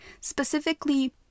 specifically